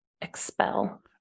expel